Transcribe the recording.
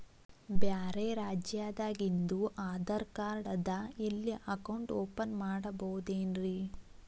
ಬ್ಯಾರೆ ರಾಜ್ಯಾದಾಗಿಂದು ಆಧಾರ್ ಕಾರ್ಡ್ ಅದಾ ಇಲ್ಲಿ ಅಕೌಂಟ್ ಓಪನ್ ಮಾಡಬೋದೇನ್ರಿ?